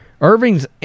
Irving's